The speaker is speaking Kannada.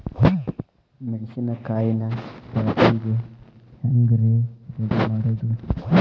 ಮೆಣಸಿನಕಾಯಿನ ಪ್ಯಾಟಿಗೆ ಹ್ಯಾಂಗ್ ರೇ ರೆಡಿಮಾಡೋದು?